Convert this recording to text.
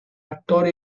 actor